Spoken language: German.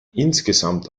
insgesamt